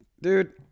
Dude